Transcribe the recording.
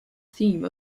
theme